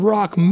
Rock